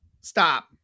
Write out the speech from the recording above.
stop